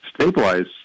stabilize